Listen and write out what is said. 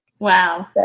Wow